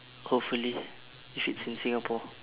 hopefully if it's in singapore